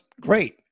Great